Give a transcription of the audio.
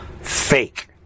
fake